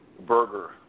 burger